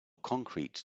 concrete